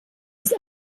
ist